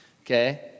okay